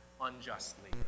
unjustly